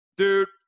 dude